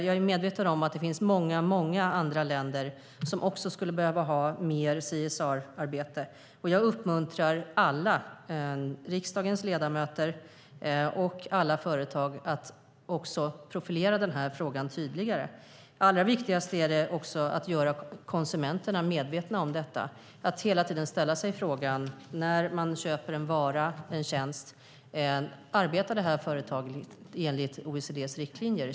Jag är medveten om att det finns många andra länder som också skulle behöva ha mer CSR-arbete. Jag uppmuntrar alla riksdagens ledamöter och alla företag att profilera den här frågan tydligare. Allra viktigast är att göra konsumenterna medvetna om detta och att hela tiden ställa sig frågan när man köper en vara eller en tjänst: Arbetar det här företaget enligt OECD:s riktlinjer?